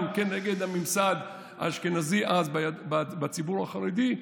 גם כנגד הממסד האשכנזי אז בציבור החרדי,